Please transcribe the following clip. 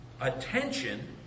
attention